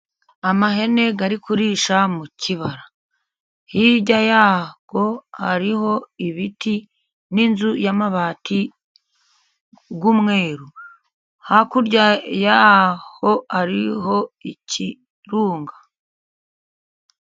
Ihene ziri kurisha mu kibara, hirya yaho hariho ibiti n'inzu y'amabati y'umweru, hakurya yaho hariho ikirunga.